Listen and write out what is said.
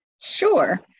Sure